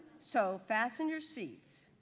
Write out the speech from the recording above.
so fasten your seats,